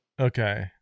Okay